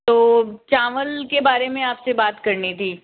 तो चावल के बारे में आपसे बात करनी थी